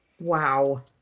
Wow